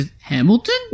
Hamilton